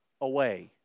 away